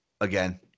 again